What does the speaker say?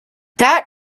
that